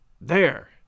There